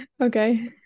okay